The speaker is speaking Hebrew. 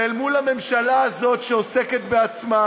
ואל מול הממשלה הזאת, שעוסקת בעצמה,